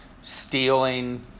stealing